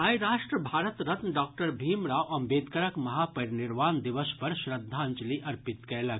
आइ राष्ट्र भारत रत्न डॉक्टर भीम राव अम्बेदकरक महापरिनिर्वाण दिवस पर श्रद्वांजलि अर्पित कयलक